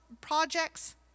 projects